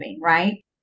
right